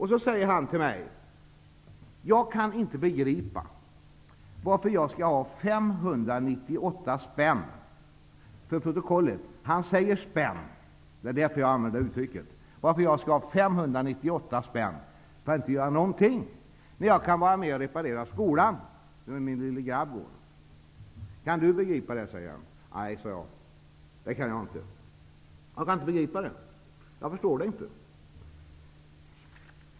Han säger nu till mig: ''Jag kan inte begripa varför jag skall ha 598 spänn'' -- han säger ''spänn'' -- ''för att inte göra nånting när jag kunde vara med och reparera skolan, där min lille grabb går? Kan du begripa det? '', säger han. Nej, säger jag, det kan jag inte. Jag förstår det inte.